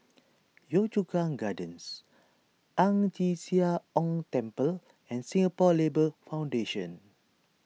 Yio Chu Kang Gardens Ang Chee Sia Ong Temple and Singapore Labour Foundation